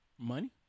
Money